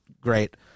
great